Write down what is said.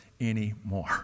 anymore